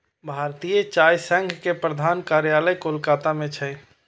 भारतीय चाय संघ के प्रधान कार्यालय कोलकाता मे छै